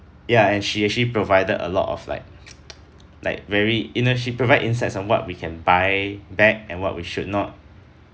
ya and she actually provided a lot of like like very inner she provide insights on what we can buy back and what we should not